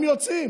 הם יוצאים.